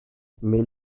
mais